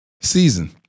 season